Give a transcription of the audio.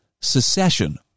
Secession